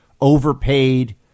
overpaid